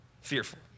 fearful